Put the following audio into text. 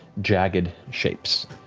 jagged shapes.